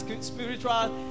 spiritual